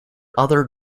other